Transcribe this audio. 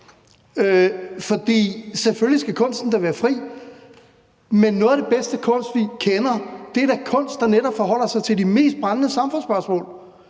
selvfølgelig skal kunsten da være fri, men noget af det bedste kunst, vi kender, er da kunst, der netop forholder sig til de mest brændende samfundsspørgsmål;